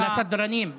הסדרנים,